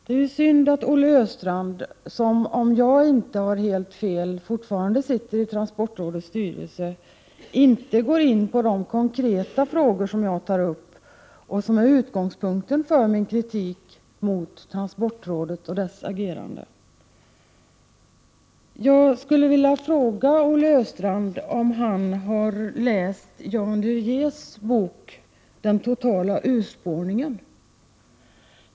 Det är ju synd att Olle Östrand — som, om jag inte tar helt fel, fortfarande sitter i transportrådets styrelse — inte går in på de konkreta frågor som jag tagit upp och som varit utgångspunkten för min kritik mot transportrådet och dess agerande. Jag skulle vilja fråga Olle Östrand om han har läst Jan Du Rietz” bok Den totala urspårningen.